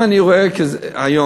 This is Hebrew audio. אם אני רואה היום,